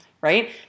right